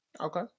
Okay